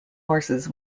horses